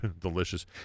delicious